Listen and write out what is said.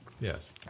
Yes